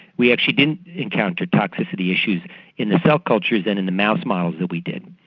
we actually didn't encounter toxicity issues in the cell cultures and in the mouse models that we did.